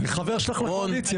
יש לך עוד חצי דקה.